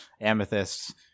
Amethyst